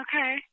Okay